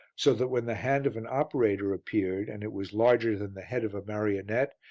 so that when the hand of an operator appeared and it was larger than the head of a marionette,